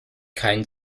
keinen